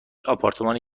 آپارتمان